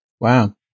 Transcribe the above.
Wow